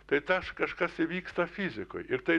tai tas kažkas įvyksta fizikoj ir tai